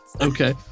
Okay